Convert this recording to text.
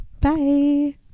Bye